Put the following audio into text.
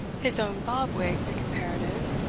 his own bob-wig the comparative,